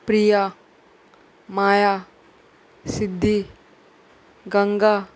Priya Maya Siddhi Ganga